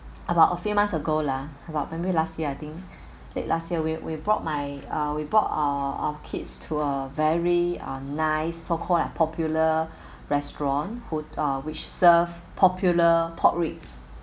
about a few months ago lah about maybe last year I think late last year we we brought my uh we brought uh our kids to a very uh nice so called like popular restaurant hot~ uh which serve popular pork ribs